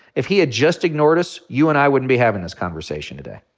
if he had just ignored us, you and i wouldn't be having this conversation today.